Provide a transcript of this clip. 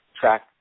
track